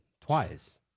Twice